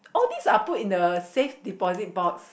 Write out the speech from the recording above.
all these are put in the safe deposit box